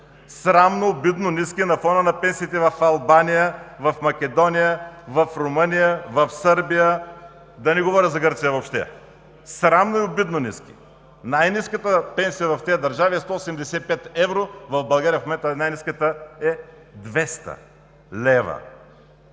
Срамно, обидно ниски на фона на пенсиите в Албания, в Македония, в Румъния, в Сърбия, а да не говоря за Гърция. Срамно и обидно ниски! Най-ниската пенсия в тези държави е 185 евро, в България в момента най-ниската е 200 лв.